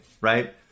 Right